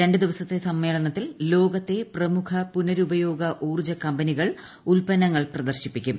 രണ്ടു ദിവസത്തെ സമ്മേളനത്തിൽ ലോകത്തെ പ്രമുഖ പുനരുപയോഗ ഊർജ്ജ കമ്പനികൾ ഉൽപ്പന്നങ്ങൾ പ്രദർശിപ്പിക്കും